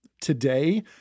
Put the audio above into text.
today